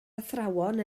athrawon